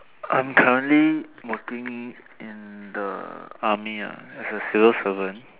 I'm currently working in in the army ah as a civil servant